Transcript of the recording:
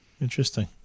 Interesting